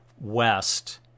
west